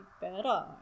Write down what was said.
better